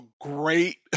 great